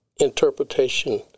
interpretation